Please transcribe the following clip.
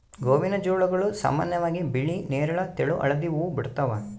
ಗೋವಿನಜೋಳಗಳು ಸಾಮಾನ್ಯವಾಗಿ ಬಿಳಿ ನೇರಳ ತೆಳು ಹಳದಿ ಹೂವು ಬಿಡ್ತವ